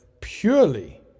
purely